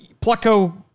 Plucko